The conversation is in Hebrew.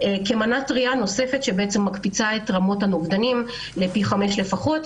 כמנה טרייה נוספת שמקפיצה את רמות הנוגדנים לפי 5 לפחות,